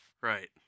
Right